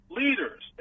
leaders